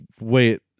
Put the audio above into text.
wait